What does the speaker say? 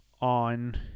on